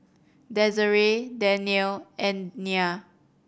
Desiree Danielle and Nyah